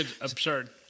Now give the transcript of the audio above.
Absurd